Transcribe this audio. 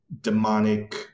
demonic